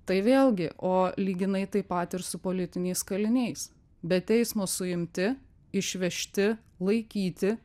tai vėlgi o lyginai taip pat ir su politiniais kaliniais be teismo suimti išvežti laikyti